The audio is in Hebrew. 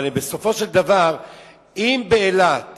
אבל בסופו של דבר אם באילת